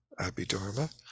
Abhidharma